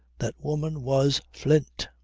that woman was flint.